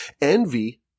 Envy